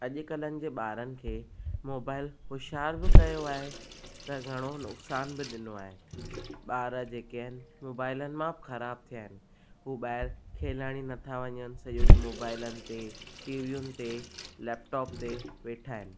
अॼुकल्हनि जे ॿारनि खे मोबाइल होशियारु बि कयो आहे त घणो नुक़सानु बि ॾिनो आहे ॿार जेके आहिनि मोबाइलनि मां ख़राबु थिया आहिनि हू ॿाहिरि खेलण ई नथा वञनि सॼो ॾींहुं मोबाइलनि ते टीवियुनि ते लैपटॉप ते वेठा आहिनि